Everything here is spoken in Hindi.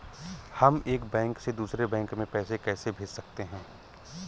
हम एक बैंक से दूसरे बैंक में पैसे कैसे भेज सकते हैं?